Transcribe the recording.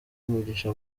umugisha